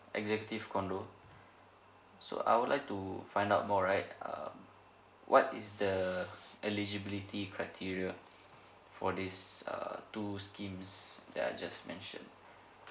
executive condo so I would like to find out more right um what is the eligibility criteria for these err two schemes that I just mentioned